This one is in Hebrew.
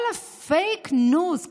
כל הפייק ניוז,